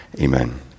amen